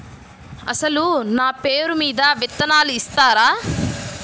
అసలు నా పేరు మీద విత్తనాలు ఇస్తారా?